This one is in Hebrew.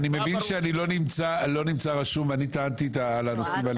אני מבין שאני לא נמצא רשום ואני טענתי על הנושאים האלה,